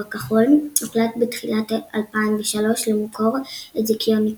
כחול" הוחלט בתחילת 2003 למכור את זיכיון איקאה.